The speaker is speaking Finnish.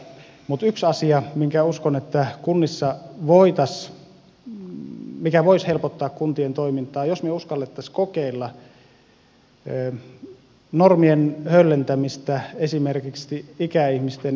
mutta yksi asia mistä uskon että se voisi helpottaa kuntien toimintaa on se jos me uskaltaisimme kokeilla normien höllentämistä esimerkiksi ikäihmisten ympärivuorokautisessa hoivassa